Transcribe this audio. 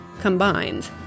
combined